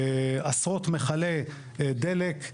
עשרות מכלי דלק,